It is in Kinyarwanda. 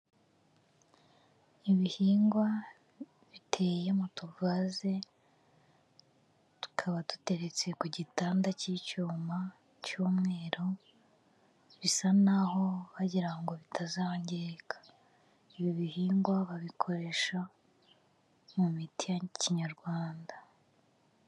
Ibihingwa biteye mu tuvaze tukaba duteretse ku gitanda cy'icyuma cy'umweru, bisa n'aho bagirango ngo bitazangirika, ibi bihingwa babikoresha mu miti ya kinyarwanda.